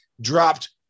dropped